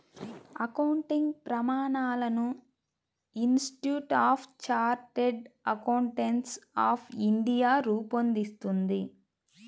accounting ప్రమాణాలను institute of chartered accountants of India రూపొందిస్తుంది